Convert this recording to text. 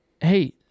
Hey